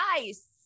nice